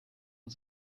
und